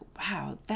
wow